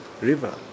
river